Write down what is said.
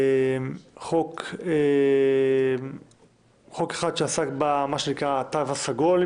חוק אחד שעסק במה שנקרא התו הסגול,